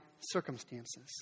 circumstances